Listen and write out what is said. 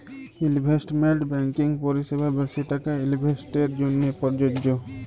investment banking পরিসেবা বেশি টাকা ইলভেস্টের জ্যনহে পরযজ্য